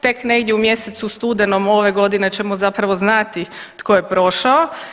Tek negdje u mjesecu studenom ove godine ćemo zapravo znati tko je prošao.